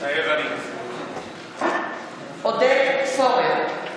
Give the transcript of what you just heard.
מתחייב אני עודד פורר,